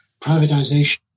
privatization